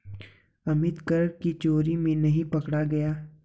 अमित कर की चोरी में नहीं पकड़ा गया